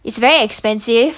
it's very expensive